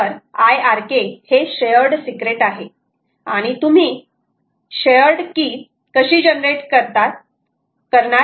IRK हे shared secret आहे आणि तुम्ही शेअर्ड की कशी जनरेट करणार